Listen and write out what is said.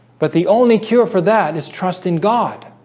but the only cure for that is trust in god